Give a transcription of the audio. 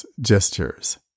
Gestures